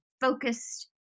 focused